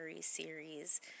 series